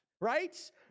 Right